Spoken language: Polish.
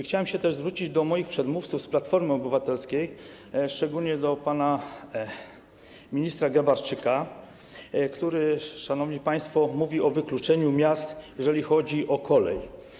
Chciałem się też zwrócić do moich przedmówców z Platformy Obywatelskiej, szczególnie do pana ministra Grabarczyka, który, szanowni państwo, mówił o wykluczeniu miast, jeżeli chodzi o kolej.